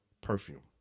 perfume